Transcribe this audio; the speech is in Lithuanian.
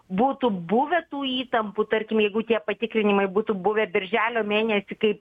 būtų buvę tų įtampų tarkim jeigu tie patikrinimai būtų buvę birželio mėnesį kaip